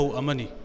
amani